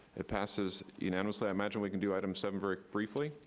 it passes unanimously. i imagine we can do item seven very briefly.